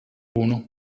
come